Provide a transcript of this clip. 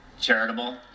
charitable